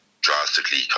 drastically